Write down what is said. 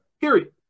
Period